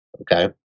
Okay